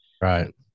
Right